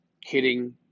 hitting